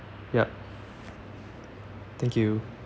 yup thank you